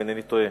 אם אינני טועה.